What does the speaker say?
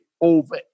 over